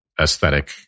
aesthetic